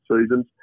seasons